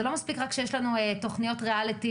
זה לא מספיק שיש לנו רק תוכניות ריאליטי